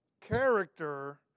character